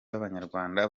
b’abanyarwanda